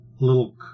Little